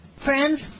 Friends